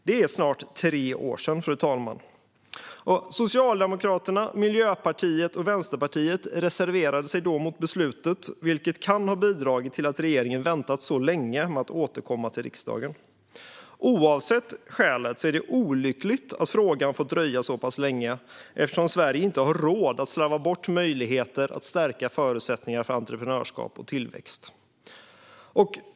Det är snart tre år sedan, fru talman. Socialdemokraterna, Miljöpartiet och Vänsterpartiet reserverade sig då mot beslutet, vilket kan ha bidragit till att regeringen har väntat så länge med att återkomma till riksdagen i frågan. Oavsett skälet är det olyckligt att frågan har fått dröja så pass länge eftersom Sverige inte har råd att slarva bort möjligheter att stärka förutsättningar för entreprenörskap och tillväxt.